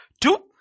two